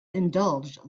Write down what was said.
indulged